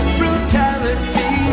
brutality